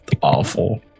Awful